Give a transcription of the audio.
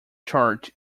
charge